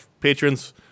patrons